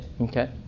okay